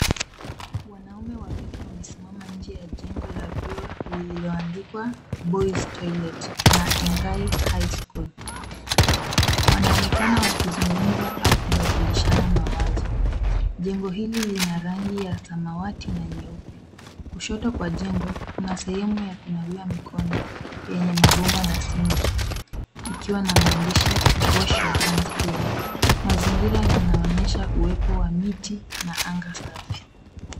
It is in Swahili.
Wanaume wawili wamesimama nje ya jengo la vioo lililoandikwa boys toilet Naingayi High School. Wanaoonekana wakizungumza au kubadilishana mawazo. Jengo hili lina rangi ya samawati na nyeupe. Kushoto kwa jengo, kuna sehemu ya kunawia mikono yenye mabomba na sinki ikiwa na maandishi wash your hands here . Mazingira yanaonyesha uwepo wa miti na anga safi.